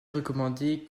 recommandé